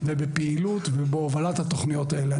בפעילות ובהובלת התכניות האלה.